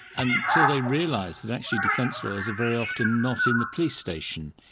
until they realised that actually defence lawyers are very often not in the police station.